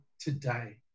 today